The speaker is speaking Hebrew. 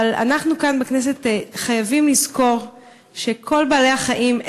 אבל אנחנו כאן בכנסת חייבים לזכור שכל בעלי-החיים,